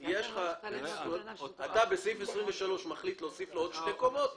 אם לפי סעיף 23 אתה מחליט להוסיף עוד שתי קומות,